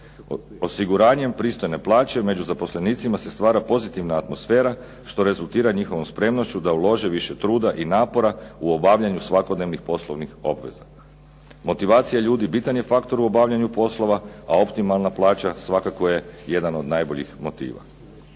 Osiguranjem pristojne plaće među zaposlenicima se stvara pozitivna atmosfera što rezultira njihovom spremnošću da ulože više truda i napora u obavljanju svakodnevnih poslovnih obveza. Motivacija ljudi bitan je faktor u obavljanju poslova a optimalna plaća svakako je jedan od najboljih motiva.